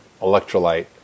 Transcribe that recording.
electrolyte